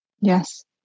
Yes